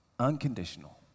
Unconditional